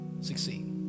succeed